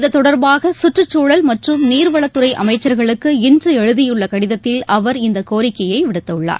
இதுதொடர்பாக சுற்றுச்சூழல் மற்றும் நீர்வளத்துறை அமைச்சர்களுக்கு இன்று எழுதியுள்ள கடிதத்தில் அவர் இந்தக் கோரிக்கையை விடுத்துள்ளார்